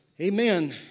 amen